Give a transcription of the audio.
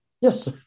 Yes